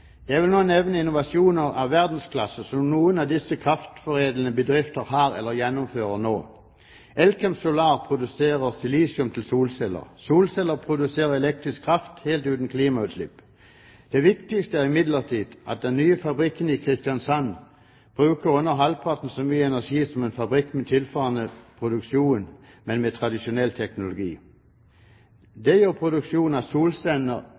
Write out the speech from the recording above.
Jeg vil nå nevne innovasjoner av verdensklasse som noen av disse kraftforedlende bedrifter har, eller gjennomfører nå. Elkem Solar produserer silisium til solceller. Solceller produserer elektrisk kraft helt uten klimautslipp. Det viktigste er imidlertid at den nye fabrikken i Kristiansand bruker under halvparten så mye energi som en fabrikk med tilsvarende produksjon, men med tradisjonell teknologi. Det gjør produksjon av